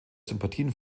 sympathien